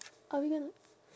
are we gonna